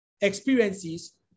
experiences